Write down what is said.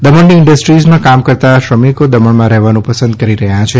દમણની ઇડિસ્ટ્રીઝમાં કામ કરતા શ્રમિકો દમણમાં રહેવાનું પંસદ કરી રહયા છે